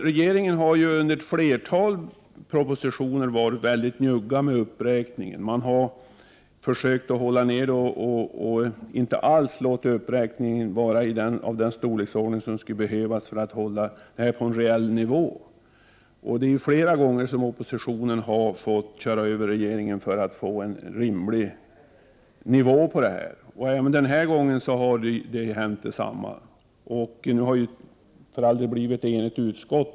Regeringen har i ett flertal propositioner varit mycket njugg med uppräkningen. Man har inte alls låtit uppräkningen vara av den storleksordning som skulle behövas för att hålla stödet på en reell nivå. Oppositionen har flera gånger fått köra över regeringen för att få en rimlig nivå på stödet. Även den här gången har detta hänt. Nu har för all del utskottet blivit enigt.